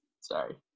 Sorry